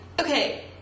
okay